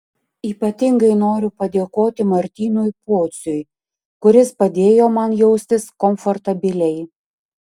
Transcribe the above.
ypatingai noriu padėkoti martynui pociui kuris padėjo man jaustis komfortabiliai